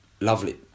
lovely